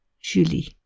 Julie